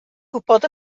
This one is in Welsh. gwybod